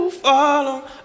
follow